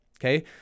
Okay